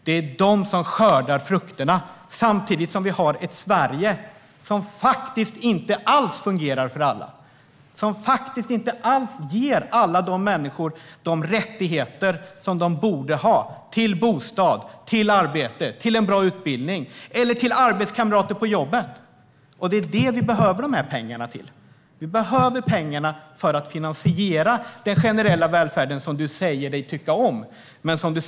Det är de som skördar frukterna, samtidigt som vi har ett Sverige som faktiskt inte alls fungerar för alla och som inte alls ger alla människor de rättigheter som de borde ha till bostad, till arbete, till en bra utbildning eller till arbetskamrater. Det är till detta vi behöver de här pengarna. Vi behöver pengarna för att finansiera den generella välfärden, som du säger dig tycka om.